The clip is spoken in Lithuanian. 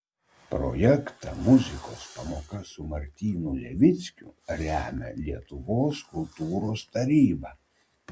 projektą muzikos pamoka su martynu levickiu remia lietuvos kultūros taryba